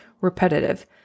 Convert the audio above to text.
repetitive